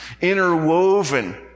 interwoven